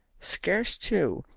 scarce, too,